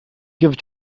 give